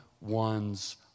one's